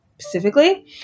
specifically